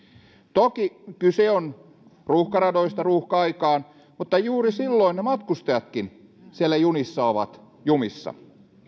toki kyse on ruuhkaradoista ruuhka aikaan mutta juuri silloin ne matkustajatkin siellä junissa ovat jumissa